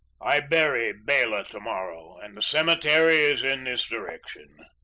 i bury bela to-morrow and the cemetery is in this direction.